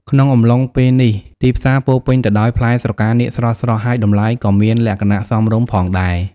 ក្នុងអំឡុងពេលនេះ ទីផ្សារពោរពេញទៅដោយផ្លែស្រកានាគស្រស់ៗ ហើយតម្លៃក៏មានលក្ខណៈសមរម្យផងដែរ។